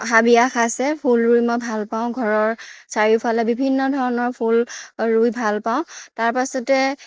হাবিয়াস আছে ফুল ৰুই মই ভাল পাওঁ ঘৰৰ চাৰিওফালে বিভিন্ন ধৰণৰ ফুল ৰুই ভাল পাওঁ তাৰ পাছতে